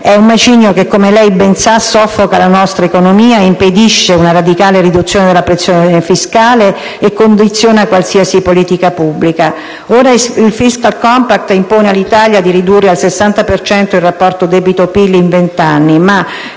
È un macigno che, come lei ben sa, soffoca la nostra economia e impedisce una radicale riduzione della pressione fiscale, condizionando qualsiasi politica pubblica. Ora il *fiscal compact* impone all'Italia di ridurre al 60 per cento il rapporto debito-PIL in vent'anni, ma